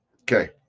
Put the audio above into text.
Okay